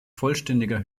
vollständiger